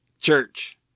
church